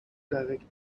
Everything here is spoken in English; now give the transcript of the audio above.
direct